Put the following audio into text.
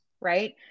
Right